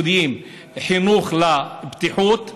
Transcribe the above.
יסודיים חינוך לבטיחות.